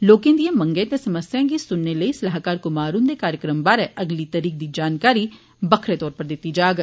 लोकें दिए मंगें ते समस्याएं गी सुनने लेई सलाहकार कुमार हुंदे कार्यक्रम बारै अगली तरीक दी जानकारी बक्खरे तौर उप्पर दित्ती जाग